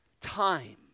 time